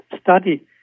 study